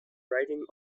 writing